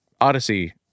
Odyssey